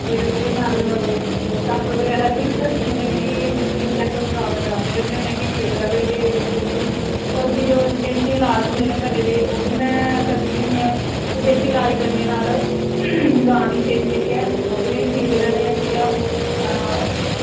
ते ओह्दे नाल डॉक्टर बगैरा गी बी दस्सने होने कि आं चैकअप गांऽ दा करांदे रौह्ने होने आं कि ठीक र'वै गांऽ दा ही होर बी जो देसी लाज होंदे घरे दे ओह् बी में करनी होनी ऐ ते देसी लाज करने नाल गांऽ दी सेह्त जेह्ड़ी ओह् बी ठीक र'वै जि'यां